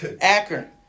Akron